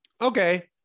okay